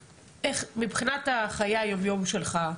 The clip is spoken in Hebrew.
מבחינת חיי היום יום שלך,